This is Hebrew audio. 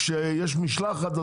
כשיש משלחת,